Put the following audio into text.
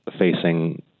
facing